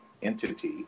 entity